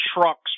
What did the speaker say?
trucks